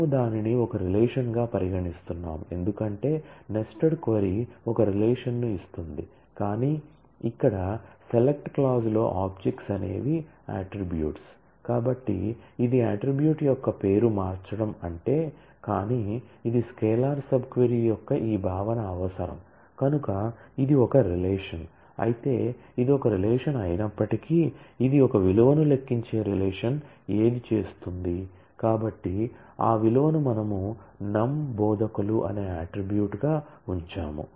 మనము దానిని ఒక రిలేషన్ గా పరిగణిస్తున్నాము ఎందుకంటే నెస్టెడ్ క్వరీ ఒక రిలేషన్ ను ఇస్తుంది కానీ ఇక్కడ సెలెక్ట్ బోధకులు అనే అట్ట్రిబ్యూట్ గా ఉంచాము